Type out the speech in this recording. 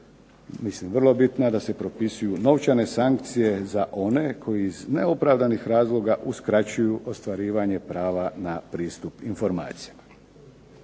mislim vrlo bitna, da se propisuju novčane sankcije za one koji iz neopravdanih razloga uskraćuju ostvarivanje prava na pristup informacijama.